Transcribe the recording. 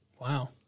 Wow